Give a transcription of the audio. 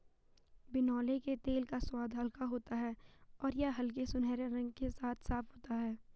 बिनौले के तेल का स्वाद हल्का होता है और यह हल्के सुनहरे रंग के साथ साफ होता है